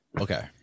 Okay